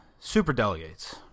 superdelegates